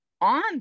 on